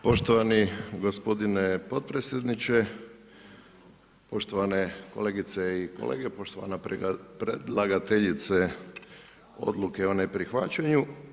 Poštovani gospodine podpredsjedniče, poštovane kolegice i kolege, poštovana predlagateljice odluke o ne prihvaćanju.